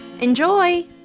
Enjoy